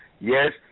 Yes